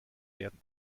werden